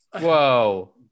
Whoa